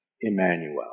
Emmanuel